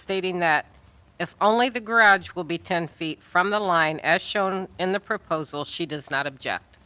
stating that if only the garage will be ten feet from the line as shown in the proposal she does not object